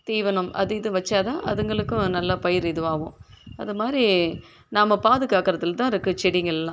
தீவனம் அது இதுவும் வச்சா தான் அதுங்களுக்கும் நல்லா பயிர் இதுவாகும் அது மாதிரி நாம பாதுகாக்கறத்தில் தான் இருக்கு செடிங்கள் எல்லாம்